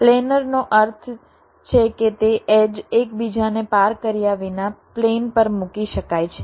પ્લેનરનો અર્થ છે કે તે એડ્જ એકબીજાને પાર કર્યા વિના પ્લેન પર મૂકી શકાય છે